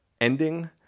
ending